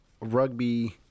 Rugby